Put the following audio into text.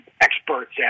experts